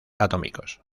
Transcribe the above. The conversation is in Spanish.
atómicos